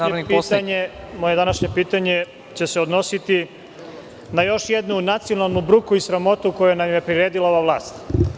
Dakle, moje današnje pitanje će se odnositi na još jednu nacionalnu bruku i sramotu koju nam je priredila ova vlast.